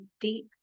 deep